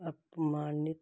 ਅਪਮਾਨਿਤ